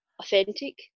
Authentic